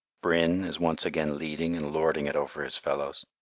brin is once again leading and lording it over his fellows.